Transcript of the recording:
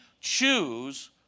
choose